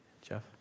Jeff